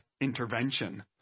intervention